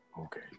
okay